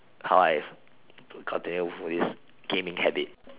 how I have continued with this gaming habit